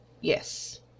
Yes